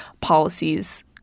policies